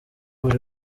buri